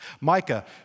Micah